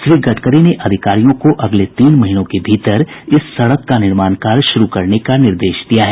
श्री गडकरी ने अधिकारियों को अगले तीन महीनों के भीतर इस सड़क का निर्माण कार्य शुरू करने का निर्देश दिया है